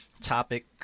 topic